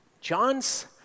John's